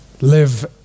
Live